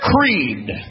creed